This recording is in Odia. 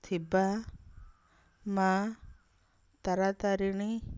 ଥିବା ମା ତାରା ତାରିଣୀ